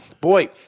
Boy